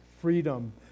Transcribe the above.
freedom